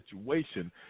situation